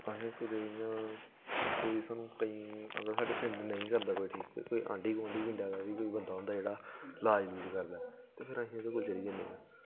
असें कुदै इ'यां कोई सानूं अगर साढ़े पिंड नेईं करदा ठीक कोई आंढी गोआंढी पिंडा दे कोई बंदा होंदा जेह्ड़ा लाज लूज करदा ते फिर अस ओह्दे कोल चली जन्ने आं